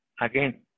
again